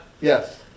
Yes